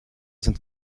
sind